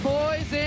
boys